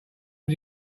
was